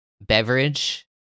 beverage